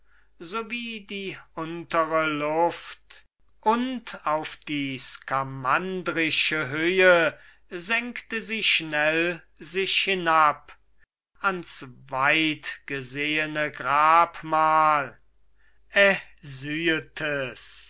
wie die untere luft und auf die skamandrische höhe senkte sie schnell sich hinab ans weitgesehene grabmal